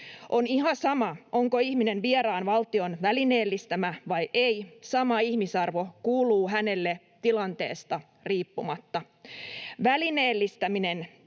On ihan sama, onko ihminen vieraan valtion välineellistämä vai ei — sama ihmisarvo kuuluu hänelle tilanteesta riippumatta. Välineellistäminen